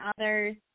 others